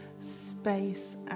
space